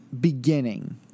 beginning